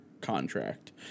contract